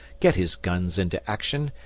get his guns into action,